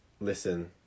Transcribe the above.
listen